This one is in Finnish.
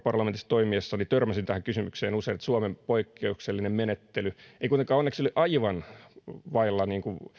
parlamentissa toimiessani törmäsin tähän kysymykseen usein eli suomen poikkeuksellinen menettely ei kuitenkaan onneksi ole aivan vailla